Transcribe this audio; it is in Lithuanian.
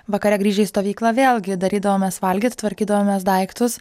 vakare grįžę į stovyklą vėlgi darydavomės valgyt tvarkydavomės daiktus